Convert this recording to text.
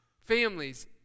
families